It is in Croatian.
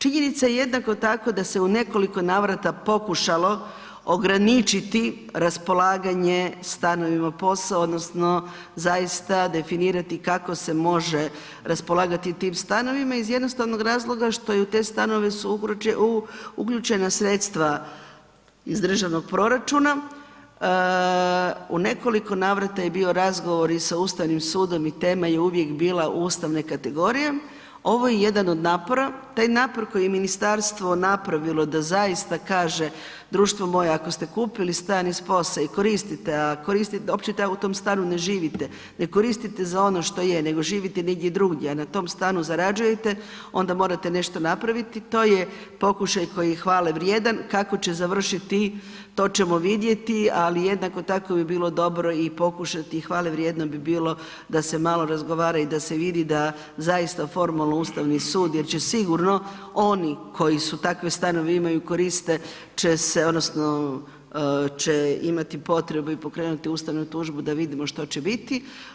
Činjenica je jednako tako da se u nekoliko navrata pokušalo ograničiti raspolaganje stanovima POS-a odnosno zaista definirati kako se može raspolagati tim stanovima iz jednostavnog razloga što je u te stanove usu uključena sredstva iz državnog proračuna, u nekoliko navrata je bio razgovor i sa Ustavnim sudom i tema je uvijek bila ustavne kategorije, ovo je jedan od napora, taj napor koji je ministarstvo napravilo da zaista kaže društvo moje, ako ste kupili stan iz POS-a i koristite a uopće u tom stanu ne živite, ne koristite za ono što je nego živite negdje druge a na tom stanu zarađujete onda morate nešto napraviti, to je pokušaj koji je hvalevrijedan, kako će završiti, to ćemo vidjeti ali jednako tako bi bilo dobro i pokušati hvalevrijedno da se malo razgovara i da se vidi da zaista formalno Ustavni sud gdje će se sigurno oni koji su takve stanove imaju, koristit će se odnosno će imati potrebu i pokrenuti ustavnu tužbu, da vidimo što će biti.